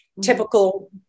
typical